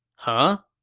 huh?